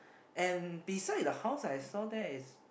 and beside the house I saw there is